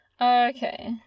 Okay